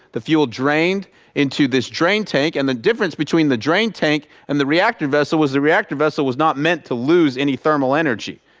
the fuel drained into this train tank, and the difference between the drain tank and the reactor vessel was the reactor vessel was not meant to lose any thermal energy.